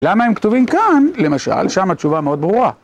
למה הם כתובים כאן, למשל? שם התשובה מאוד ברורה.